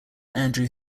andrew